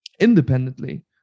independently